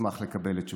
אשמח לקבל את תשובתך.